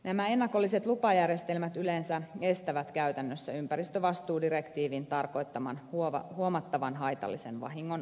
nämä ennakolliset lupajärjestelmät yleensä estävät käytännössä ympäristövastuudirektiivin tarkoittaman huomattavan haitallisen vahingon aiheutumisen